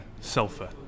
Sulfur